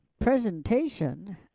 Presentation